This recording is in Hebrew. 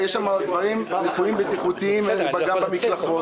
יש שם ליקויים בטיחותיים במקלחות